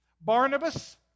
Barnabas